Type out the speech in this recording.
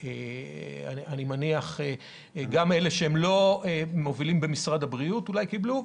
אני מניח שגם אלה שלא מובילים במשרד הבריאות אולי קיבלו.